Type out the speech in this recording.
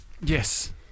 Yes